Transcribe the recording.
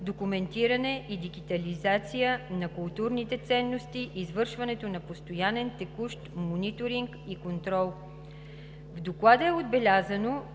документиране и дигитализация на културните ценности, извършването на постоянен текущ мониторинг и контрол.